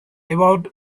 about